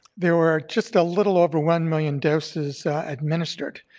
there were just a little over one million doses administered.